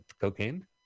cocaine